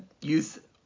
youth